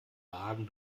magen